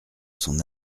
son